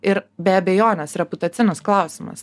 ir be abejonės reputacinis klausimas